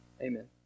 amen